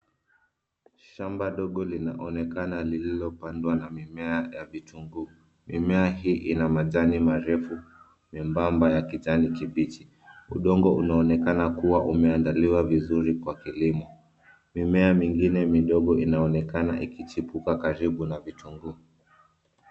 Shamba dogo linaonekana lililopandwa na mimea ya vitunguu. Mimea hii ina majani marefu miembamba ya kijani kibichi. Udongo unaonekana kuwa umeandaliwa vizuri kwa kilimo. Mimea mingine midogo inaonekana ikichipuka karibu na vitunguu.